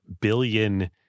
billion